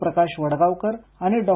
प्रकाश वडगावकर आणि डॉ